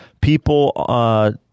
people